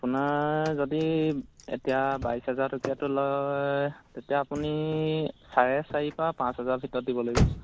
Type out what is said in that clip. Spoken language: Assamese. আপোনাৰ যদি এতিয়া বাইছ হেজাৰ টকীয়াটো লয় তেতিয়া আপুনি চাৰে চাৰিৰ পৰা পাঁচ হাজাৰৰ ভিতৰত দিব লাগিব